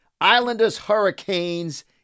Islanders-Hurricanes